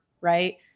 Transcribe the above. right